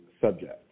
subject